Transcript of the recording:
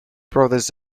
brothers